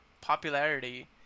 popularity